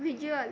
visual